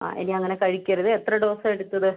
ആ ഇനി അങ്ങനെ കഴിക്കരുത് എത്ര ഡോസാണ് എടുത്തത്